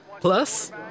Plus